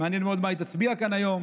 מעניין מאוד מה היא תצביע כאן היום,